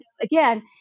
Again